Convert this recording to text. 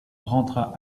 rentra